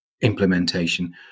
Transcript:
implementation